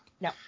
No